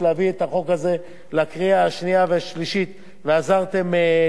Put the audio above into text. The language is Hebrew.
הזה לקריאה השנייה והשלישית ועזרתם ללא מעט